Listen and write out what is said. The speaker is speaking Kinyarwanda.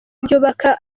byubaka